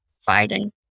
fighting